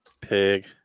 Pig